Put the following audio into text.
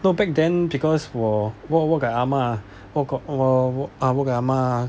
no back then because 我 wo wo gai ah ma 我 wo gai ah ma lah